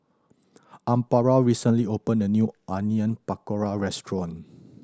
Amparo recently opened a new Onion Pakora Restaurant